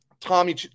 Tommy